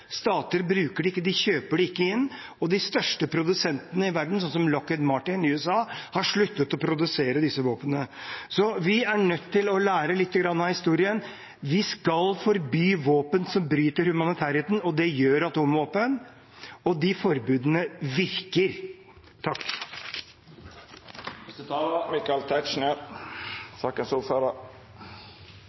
Stater bruker det ikke, de kjøper det ikke inn. Og de største produsentene i verden, som Lockheed Martin i USA, har sluttet å produsere disse våpnene. Vi er nødt til å lære litt av historien. Vi skal forby våpen som bryter med humanitærretten, og det gjør atomvåpen. Og disse forbudene virker!